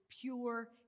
pure